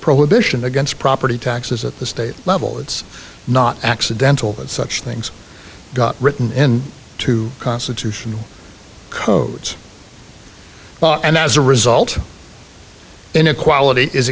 prohibition against property taxes at the state level it's not accidental that such things got written in to constitutional codes and as a result inequality is